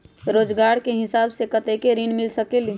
रोजगार के हिसाब से कतेक ऋण मिल सकेलि?